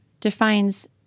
defines